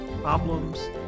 problems